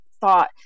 thought